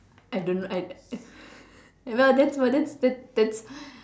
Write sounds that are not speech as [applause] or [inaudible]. I don't know I [breath] I know that's but that's that's that's